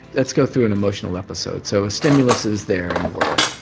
let's go through an emotional episode, so a stimulus is there in the world,